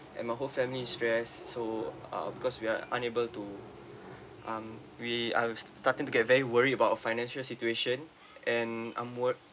and my whole family is stress so um because we are unable to um we are starting to get very worry about our financial situation and I'm wo~